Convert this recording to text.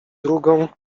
drugą